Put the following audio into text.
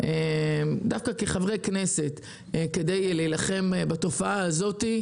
בחקיקה כדי להילחם בתופעה הזאת,